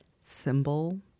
symbol